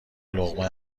لقمه